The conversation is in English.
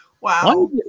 Wow